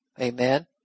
Amen